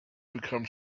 become